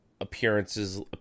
Appearances